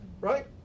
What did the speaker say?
right